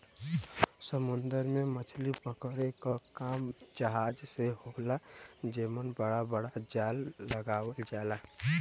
समुंदर में मछरी पकड़े क काम जहाज से होला जेमन बड़ा बड़ा जाल लगावल जाला